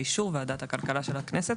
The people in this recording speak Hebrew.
באישור ועדת הכלכלה של הכנסת,